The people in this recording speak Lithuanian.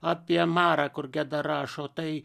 apie marą kur geda rašo tai